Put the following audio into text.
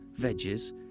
veggies